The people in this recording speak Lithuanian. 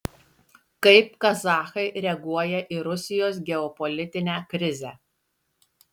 kaip kazachai reaguoja į rusijos geopolitinę krizę